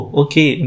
okay